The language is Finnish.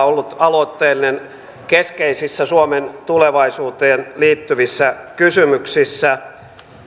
ollut aloitteellinen keskeisissä suomen tulevaisuuteen liittyvissä kysymyksissä niin kuin